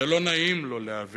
זה לא נעים לא להבין.